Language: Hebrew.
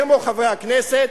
כמו חברי הכנסת,